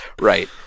Right